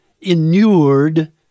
inured